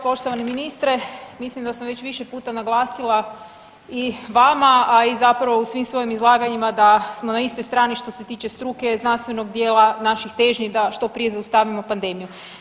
Poštovani ministre, mislim da sam već više puta naglasila i vama, a i zapravo u svim svojim izlaganjima da smo na istoj strani što se tiče struke, znanstvenog dijela naših težnji da što prije zaustavimo pandemiju.